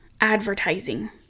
advertising